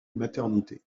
maternité